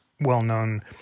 well-known